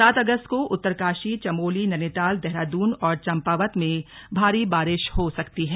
सात अगस्त को उत्तरकाशी चमोली नैनीताल देहरादून और चंपावत में भारी हो सकती है